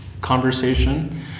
conversation